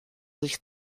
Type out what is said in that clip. sich